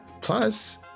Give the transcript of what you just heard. plus